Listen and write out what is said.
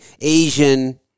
Asian